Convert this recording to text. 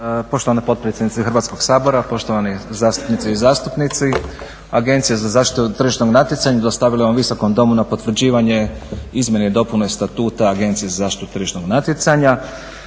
Poštovana potpredsjednice Hrvatskog sabora, poštovani zastupnice i zastupnici. Agencija za zaštitu tržišnog natjecanja dostavila je ovom Visokom domu na potvrđivanje izmjene i dopune Statuta Agencije za zaštitu tržišnog natjecanja.